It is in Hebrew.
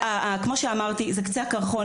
כמו שאמרתי, זה קצה הקרחון.